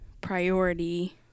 priority